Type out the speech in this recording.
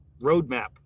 roadmap